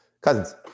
Cousins